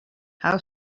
how